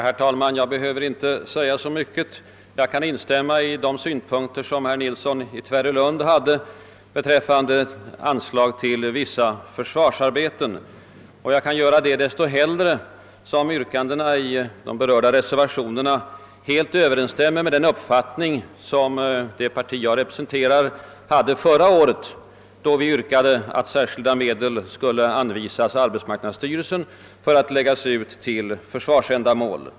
Herr talman! Jag behöver inte säga så mycket. Jag kan instämma i de synpunkter som herr Nilsson i Tvärålund framförde beträffande anslag till vissa försvarsarbeten. Jag kan göra detta desto hellre som yrkandena i de berörda reservationerna helt överensstämmer med den uppfattning som det parti jag representerar hade förra året, då vi yrkade på att särskilda medel skulle anvisas arbetsmarknadsstyrelsen för att läggas ut till försvarsändamål.